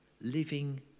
living